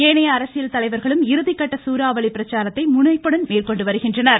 ஏனைய அரசியல் தலைவர்களும் இறுதி கட்ட சூராவளி பிரச்சாரத்தை முனைப்புடன் மேற்கொண்டு வருகின்றன்